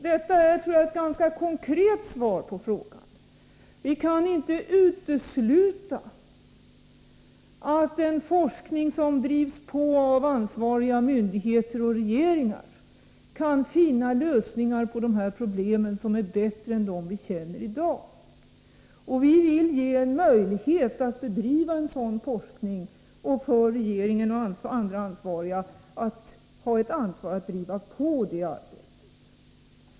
Detta är, tror jag, ett ganska konkret svar på frågan. Vi kan inte utesluta att en forskning som drivs på av ansvariga myndigheter och regeringar kan finna lösningar på de här problemen som är bättre än de vi känner i dag. Vi vill ge en möjlighet att bedriva en sådan forskning och en möjlighet för regeringen och andra ansvariga att driva på det arbetet.